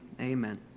amen